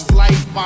life